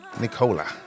Nicola